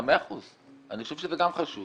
מאה אחוז, אני חושב שזה גם חשוב